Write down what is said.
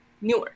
newer